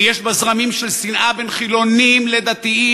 ויש בה זרמים של שנאה בין חילונים לדתיים,